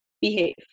behave